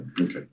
okay